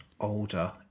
older